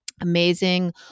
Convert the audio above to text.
amazing